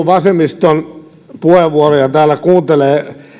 vasemmiston puheenvuoroja täällä kuuntelee että